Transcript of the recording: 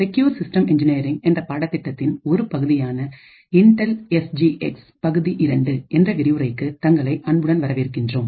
secure systems engineering என்ற பாடத்திட்டத்தின் ஒரு பகுதியான இன்டெல் எஸ் ஜி எக்ஸ் பகுதி இரண்டு என்ற விரிவுரைக்கு தங்களை அன்புடன் வரவேற்கின்றோம்